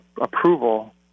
approval